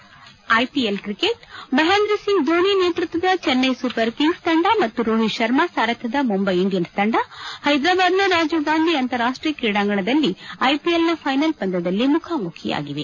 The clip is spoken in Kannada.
ಮುಖ್ಯಾಂಶನ ಮಹೇಂದ್ರ ಸಿಂಗ್ ಧೋನಿ ನೇತೃಕ್ಷದ ಚೆನ್ನೈ ಸೂಪರ್ ಕಿಂಗ್ಸ್ ತಂಡ ಮತ್ತು ರೋಹಿತ್ ಶರ್ಮಾ ಸಾರಥ್ಯದ ಮುಂಬೈ ಇಂಡಿಯನ್ಸ್ ತಂಡ ಪೈದರಾಬಾದ್ ನ ರಾಜೀವ್ ಗಾಂಧಿ ಅಂತಾರಾಷ್ಷೀಯ ಕ್ರೀಡಾಂಗಣದಲ್ಲಿ ಐಪಿಎಲ್ ಫೈನಲ್ ಪಂದ್ಯದಲ್ಲಿ ಮುಖಾಮುಖಿಯಾಗಿವೆ